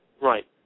Right